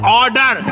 order